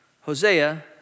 Hosea